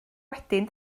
wedyn